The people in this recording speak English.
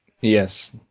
Yes